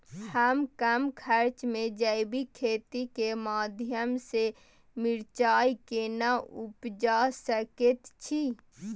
हम कम खर्च में जैविक खेती के माध्यम से मिर्चाय केना उपजा सकेत छी?